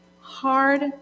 Hard